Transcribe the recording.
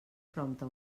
prompte